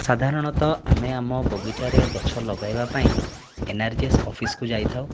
ସାଧାରଣତଃ ଆମେ ଆମ ବଗିଚାରେ ଗଛ ଲଗାଇବା ପାଇଁ ଏନ୍ ଆର୍ ଜି ଏସ୍ ଅଫିସକୁ ଯାଇଥାଉ